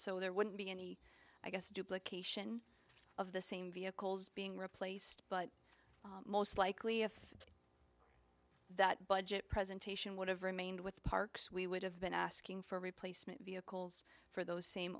so there wouldn't be any i guess duplication of the same vehicles being replaced but most likely if that budget presentation would have remained with the parks we would have been asking for replacement vehicles for those same